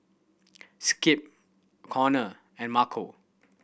Skip Connor and Marco